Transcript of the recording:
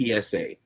psa